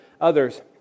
others